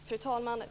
Fru talman!